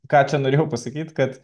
ką čia norėjau pasakyt kad